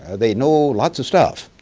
ah they know lots of stuff.